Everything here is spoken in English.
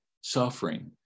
suffering